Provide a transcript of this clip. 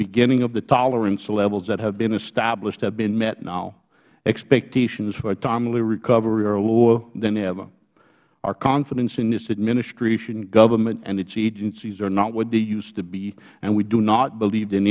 beginning of the tolerance levels that have been established have been met now expectations for a timely recovery are lower than ever our confidence in this administration government and its agencies are not what they used to be and we do not believe